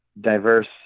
diverse